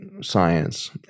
science